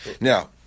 Now